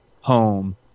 home